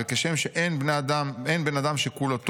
וכשם שאין בן אדם שכולו טוב,